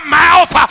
mouth